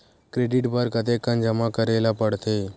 Credit बर कतेकन जमा करे ल पड़थे?